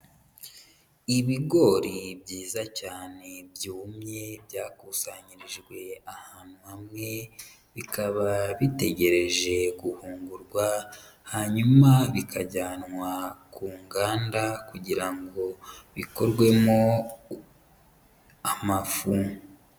Ibigori byiza cyane byumye byakusanyirijwe ahantu hamwe, bikaba bitegereje guhungurwa, hanyuma bikajyanwa ku nganda kugira ngo bikorwemo amafu.